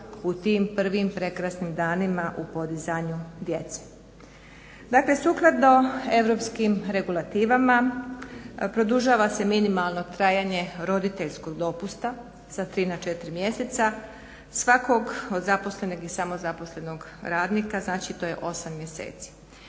u tim prvim prekrasnim danima u podizanju djece. Dakle sukladno Europskim regulativama produžava se minimalno trajanje roditeljskog dopusta sa tri na četiri mjeseca svakog od zaposlenog i samo zaposlenog radnika, znači to je osam mjeseci.